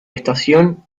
estación